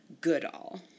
Goodall